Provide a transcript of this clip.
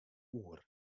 oer